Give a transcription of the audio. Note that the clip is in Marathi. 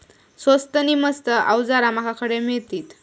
स्वस्त नी मस्त अवजारा माका खडे मिळतीत?